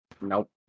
Nope